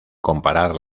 comparar